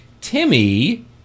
Timmy